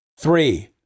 Three